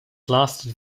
lasted